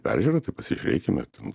peržiūra tai pasižiūrėkime ten